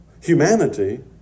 humanity